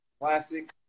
classic